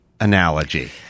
analogy